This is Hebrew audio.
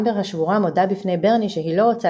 אמבר השבורה מודה בפני ברני שהיא לא רוצה